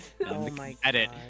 edit